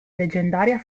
leggendaria